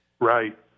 Right